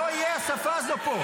לא תהיה השפה הזאת פה.